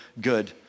good